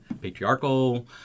patriarchal